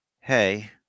Hey